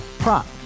Prop